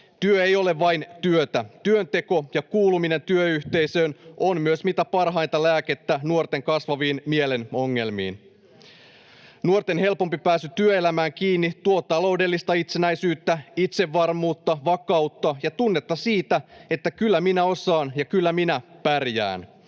Työ ei ole vain työtä. Työnteko ja kuuluminen työyhteisöön on myös mitä parhainta lääkettä nuorten kasvaviin mielen ongelmiin. Nuorten helpompi pääsy työelämään kiinni tuo taloudellista itsenäisyyttä, itsevarmuutta, vakautta ja tunnetta siitä, että kyllä minä osaan ja kyllä minä pärjään.